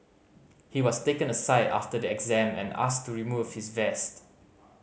he was taken aside after the exam and asked to remove his vest